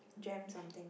Gem something